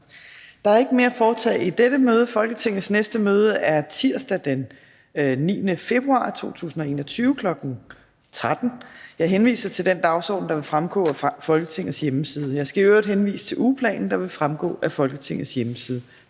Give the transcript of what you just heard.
Der er ikke mere at foretage i dette møde. Folketingets næste møde afholdes tirsdag den 9. februar 2021, kl. 13.00. Jeg henviser til den dagsorden, der fremgår af Folketingets hjemmeside. Jeg skal i øvrigt henvise til ugeplanen, der fremgår af Folketingets hjemmeside.